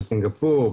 בסינגפור,